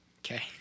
Okay